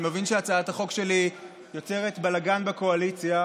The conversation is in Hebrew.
אני מבין שהצעת החוק שלי יוצרת בלגן בקואליציה,